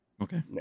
Okay